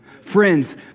Friends